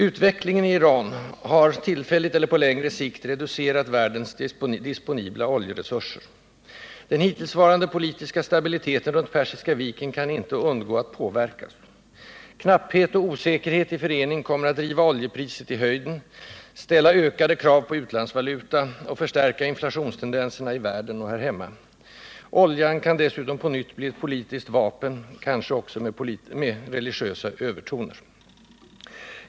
Utvecklingen i Iran har — tillfälligt eller på längre sikt — reducerat världens disponibla oljeresurser. Den hittillsvarande politiska stabiliteten runt Persiska viken kan inte undgå att påverkas. Knapphet och osäkerhet i förening kommer att driva oljepriset i höjden, ställa ökade krav på utlandsvaluta och förstärka inflationstendenserna i världen och här hemma. Oljan kan dessutom på nytt bli ett politiskt vapen, kanske också med religiösa övertoner.